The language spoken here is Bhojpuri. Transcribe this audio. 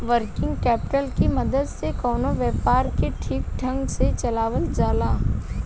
वर्किंग कैपिटल की मदद से कवनो व्यापार के ठीक ढंग से चलावल जाला